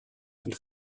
and